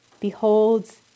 beholds